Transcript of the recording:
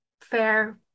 fair